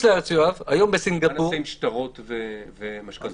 מה נעשה עם שטרות ומשכנתאות?